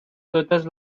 totes